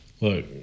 look